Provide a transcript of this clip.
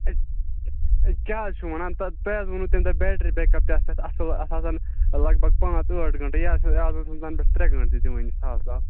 ہے کیٛاہ حظ چھُو وَنان تہٕ تۄہہِ حظ ووٚنوٕ تَمہِ دۄہ بیٹرٛی بیکپ تہِ آسہِ یَتھ اَصٕل اَتھ آسَن لگ بگ پانٛژھ ٲٹھ گٲنٛٹہٕ یا تَنہٕ پٮ۪ٹھ ترٛےٚ گٲنٛٹہٕ تہِ دِوٲنی سہل سہل